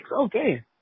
okay